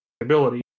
ability